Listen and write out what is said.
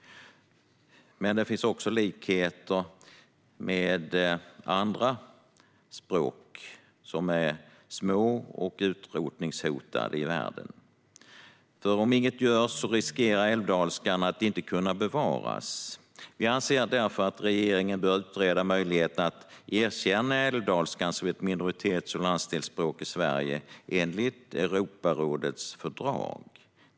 Det finns också likheter med andra språk i världen som är små och utrotningshotade. Om inget görs riskerar älvdalskan att inte kunna bevaras. Vi anser därför att regeringen bör utreda möjligheten att erkänna älvdalskan som minoritets och landsdelsspråk i Sverige enligt Europarådets fördrag.